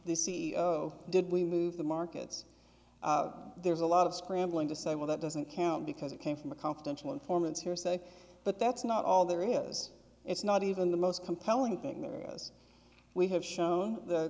the c e o did we move the markets there's a lot of scrambling to say well that doesn't count because it came from a confidential informants hearsay but that's not all there is it's not even the most compelling thing that we have shown the